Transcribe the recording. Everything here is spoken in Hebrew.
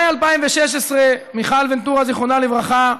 במאי 2016, מיכל ונטורה, זיכרונה לברכה,